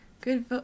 good